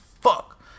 fuck